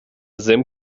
sim